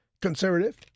conservative